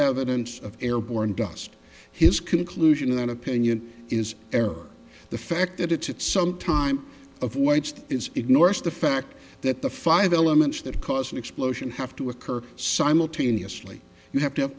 evidence of airborne dust his conclusion and opinion is ever the fact that it's some time of waste is ignores the fact that the five elements that cause an explosion have to occur simultaneously you have to have